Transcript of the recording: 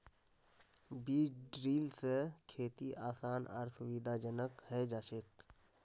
बीज ड्रिल स खेती आसान आर सुविधाजनक हैं जाछेक